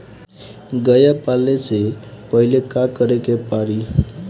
गया पाले से पहिले का करे के पारी?